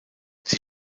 sie